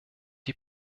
die